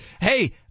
Hey